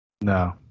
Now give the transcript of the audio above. No